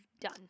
done